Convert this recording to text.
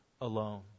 alone